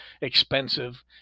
expensive